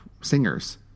singers